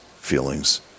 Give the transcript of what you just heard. feelings